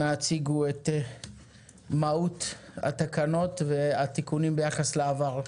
אנא הציגו את מהות התקנות והתיקונים ביחס לעבר.